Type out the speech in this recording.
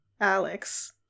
Alex